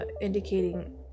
indicating